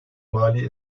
mali